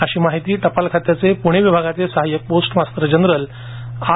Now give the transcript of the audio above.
अशी माहिती टपाल खात्याच्या पूणे विभागाचे सहाय्यक पोस्ट मास्तर जनरल आर